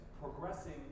progressing